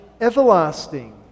everlasting